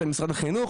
זה משרד החינוך,